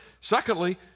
Secondly